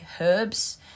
herbs